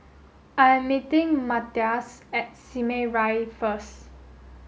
I am meeting Matthias at Simei Rise first